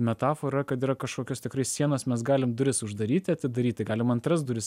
metafora kad yra kažkokios tikrai sienos mes galim duris uždaryti atidaryti galim antras duris